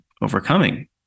overcoming